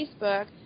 Facebook